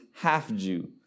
half-Jew